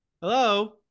Hello